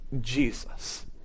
Jesus